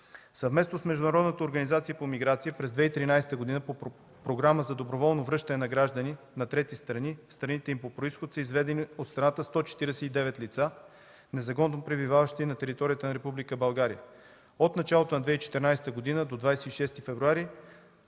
Съвместно с Международната организация по миграция през 2013 г. по Програмата за доброволно връщане на граждани на трети страни в страните им по произход са изведени от страната 149 лица, незаконно пребиваващи на територията на Република България. От началото на 2014 г. до 26 февруари